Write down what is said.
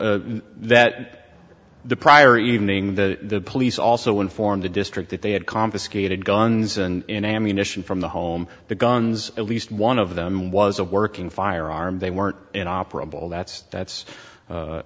know that the prior evening the police also informed the district that they had confiscated guns and ammunition from the home the guns at least one of them was a working firearm they weren't in operable that's that's